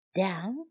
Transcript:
down